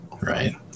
right